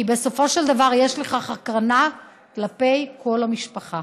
כי בסופו של דבר יש לכך הקרנה כלפי כל המשפחה,